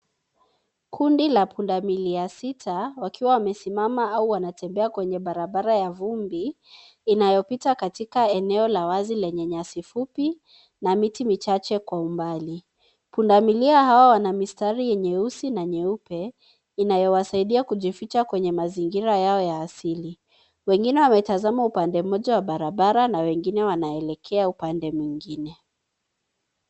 Kunda la pundamilia sita wakiwa wamesimama au wanatembea kwenye Barabara ya vumbi, inayopita katika eneo la wazi lenye nyasi fupi na miti michache kwa umbali. Pundamilia Hawa Wana mistari nyeusi na nyeupe inayowasaidia kujificha kwenye mazingira Yao ya asili. Wengine wametazama upande mmoja wa barabara na wengine wanaelekea upande mwingine.